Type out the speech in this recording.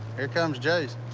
here comes jase.